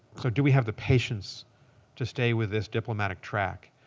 so do we have the patience to stay with this diplomatic track?